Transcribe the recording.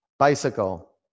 Bicycle